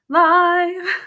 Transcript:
live